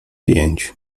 pięć